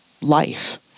life